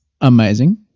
amazing